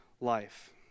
life